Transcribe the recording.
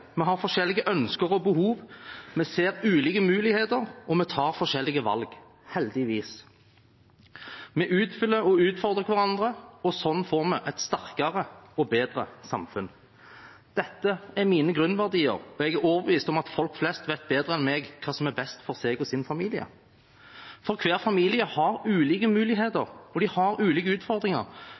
vi har forskjellige ønsker og behov, vi ser ulike muligheter, og vi tar forskjellige valg – heldigvis! Vi utfyller og utfordrer hverandre, og slik får vi et sterkere og bedre samfunn. Dette er mine grunnverdier, og jeg er overbevist om at folk flest vet bedre enn meg hva som er best for seg og sin familie, for hver familie har ulike muligheter og ulike utfordringer.